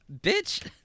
Bitch